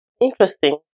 Interesting